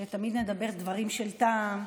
שתמיד מדבר דברים של טעם,